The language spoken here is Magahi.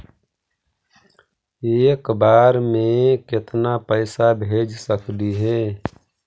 एक बार मे केतना पैसा भेज सकली हे?